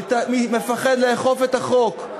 מפחד לאכוף את החוק,